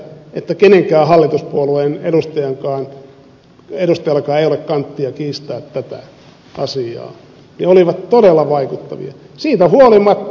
väitänpä että minkään hallituspuolueen edustajallakaan ei ole kanttia kiistää tätä asiaa ne olivat todella vaikuttavia